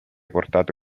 portato